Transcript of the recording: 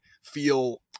feel